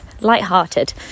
lighthearted